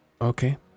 Okay